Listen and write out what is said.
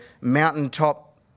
mountaintop